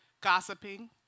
gossiping